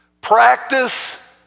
Practice